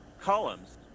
columns